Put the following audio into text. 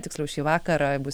tiksliau šį vakarą bus